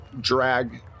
drag